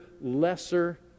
lesser